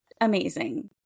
amazing